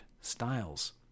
styles